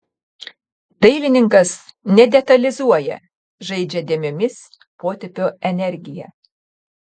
dailininkas nedetalizuoja žaidžia dėmėmis potėpio energija